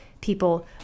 people